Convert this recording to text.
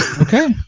Okay